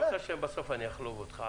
ידעתי שבסוף אני אחלוב אותך.